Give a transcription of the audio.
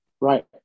Right